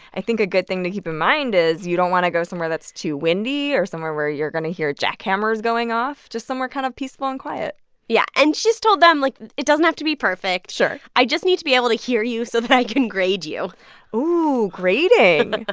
i think a good thing to keep in mind is you don't want to go somewhere that's too windy or somewhere where you're going to hear jackhammers going off just somewhere kind of peaceful and quiet yeah. and she's told them, like, it doesn't have to be perfect sure i just need to be able to hear you so that i can grade you oh, grading. ah